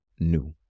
new